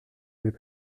avez